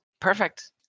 Perfect